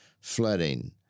flooding